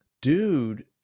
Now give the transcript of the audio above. dude